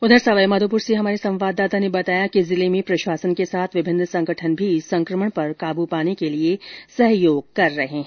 उधर सवाई माधोपुर संवाददाता ने बताया कि जिले में प्रशासन के साथ विभिन्न संगठन भी संकमण पर काबू पाने के लिए सहयोग कर रहे हैं